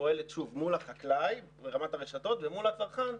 פועלת מול החקלאי ברמת הרשתות ומול הצרכן,